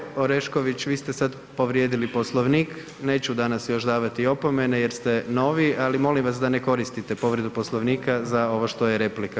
Kolegice Orešković, vi ste sad povrijedili Poslovnik, neću danas još davati opomene jer ste novi ali molim vas da ne koristite povredu Poslovnika za ovo što je replika.